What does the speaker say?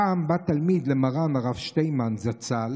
פעם בא תלמיד למרן הרב שטיינמן זצ"ל